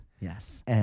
Yes